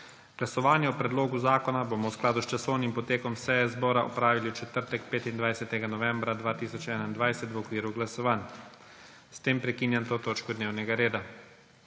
Glasovanje o predlogu zakona bomo v skladu s časovnim potekom seje zbora opravili v četrtek, 25. novembra 2021, v okviru glasovanj. S tem prekinjam to točko dnevnega reda.